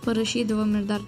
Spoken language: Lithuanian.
parašydavom ir dar